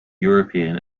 european